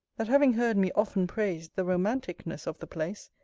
that having heard me often praise the romanticness of the place,